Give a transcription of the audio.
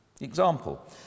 example